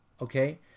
Okay